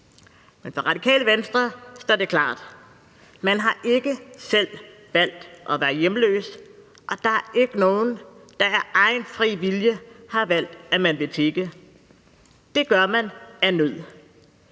men for Radikale Venstre står det klart: Man har ikke selv valgt at være hjemløs, og der er ikke nogen, der af egen fri vilje har valgt at ville tigge; det gør man af nød.